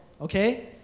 okay